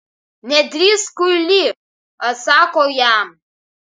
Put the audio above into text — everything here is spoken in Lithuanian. nedrįsk kuily atsako jam